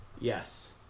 Yes